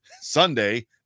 Sunday